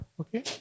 okay